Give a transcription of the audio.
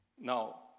Now